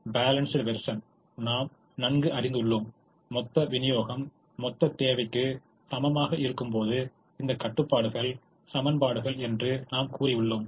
balanced வேர்சினை நாம் நன்கு அறிந்துள்ளோம் மொத்த விநியோகம் மொத்த தேவைக்கு சமமாக இருக்கும்போது இந்த கட்டுப்பாடுகள் சமன்பாடுகள் என்று நாம் கூறியுள்ளோம்